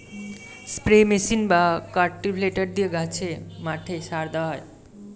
spray machine বা cultivator দিয়ে গাছে, মাঠে সার দেওয়া হয়